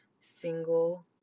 single